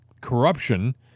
corruption